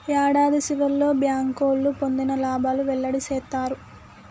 యాడాది సివర్లో బ్యాంకోళ్లు పొందిన లాబాలు వెల్లడి సేత్తారు